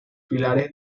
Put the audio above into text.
pilares